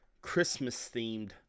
Christmas-themed